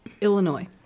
Illinois